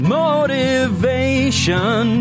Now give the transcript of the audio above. motivation